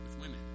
women